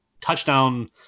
touchdown